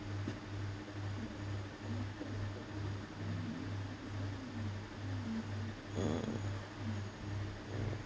mm